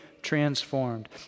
transformed